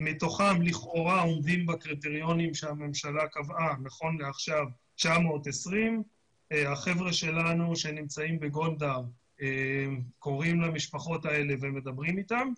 מתוכן לכאורה עומדים בקריטריונים שהממשלה קבעה נכון לעכשיו 920. החברה שלנו שנמצאים בגונדה קוראים למשפחות האלה ומדברים איתם.